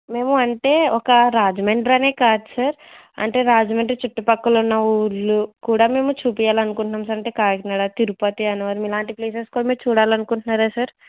మేము అంటే ఒక రాజమండ్రి అనే కాదు సార్ అంటే రాజమండ్రి చుట్టుపక్కల ఉన్న ఊళ్ళు కూడా మేము చూపించాలి అనుకుంటున్నాము అంటే కాకినాడ తిరుపతి అన్నవరం ఇలాంటి ప్లేసెస్ కూడా మీరు చూడాలని అనుకుంటున్నారా సార్